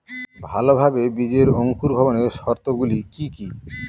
ভালোভাবে বীজের অঙ্কুর ভবনের শর্ত গুলি কি কি?